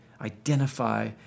identify